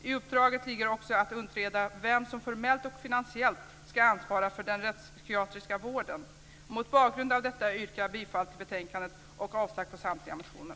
I uppdraget ligger också att utreda vem som formellt och finansiellt ska ansvara för den rättspsykiatriska vården. Mot bakgrund av det anförda yrkar jag bifall till utskottets hemställan och avslag på samtliga motioner.